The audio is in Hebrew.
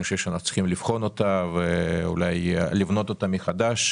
אני חושב שאנחנו צריכים לבחון ואולי גם לבנות אותה מחדש.